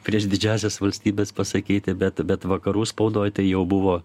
prieš didžiąsias valstybes pasakyti bet bet vakarų spaudoj tai jau buvo